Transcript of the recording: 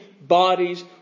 bodies